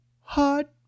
Hot